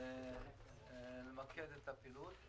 למקד את הפעילות.